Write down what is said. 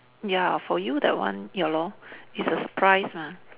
ya for you the one ya lor it's a surprise lah